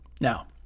Now